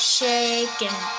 shaking